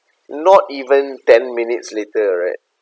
not even ten minutes later right